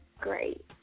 great